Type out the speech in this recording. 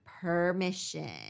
permission